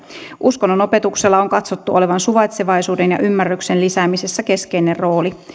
uskonnonopetuksella on katsottu olevan suvaitsevaisuuden ja ymmärryksen lisäämisessä keskeinen rooli